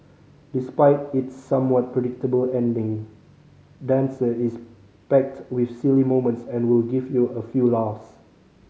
despite its somewhat predictable ending dancer is packed with silly moments and will give you a few laughs